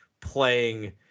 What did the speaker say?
playing